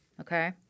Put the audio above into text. Okay